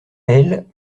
elle